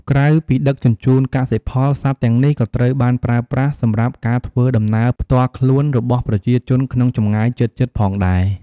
ក្រៅពីដឹកជញ្ជូនកសិផល សត្វទាំងនេះក៏ត្រូវបានប្រើប្រាស់សម្រាប់ការធ្វើដំណើរផ្ទាល់ខ្លួនរបស់ប្រជាជនក្នុងចម្ងាយជិតៗផងដែរ។